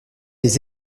des